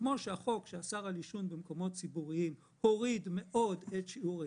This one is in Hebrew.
שכמו שהחוק שאסר על עישון במקומות ציבוריים הוריד מאוד את שיעור העישון,